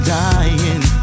dying